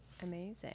Amazing